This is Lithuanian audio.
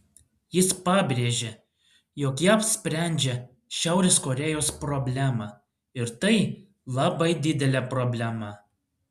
jis pabrėžė jog jav sprendžia šiaurės korėjos problemą ir tai labai didelė problema